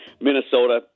Minnesota